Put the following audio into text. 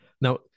Now